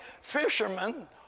fishermen